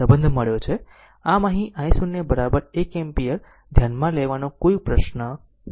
આમ અહીં i0 1 ampere ધ્યાનમાં લેવાનો કોઈ પ્રશ્ન નથી